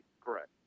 Correct